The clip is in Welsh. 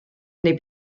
neu